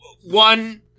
one